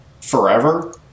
forever